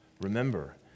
remember